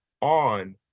on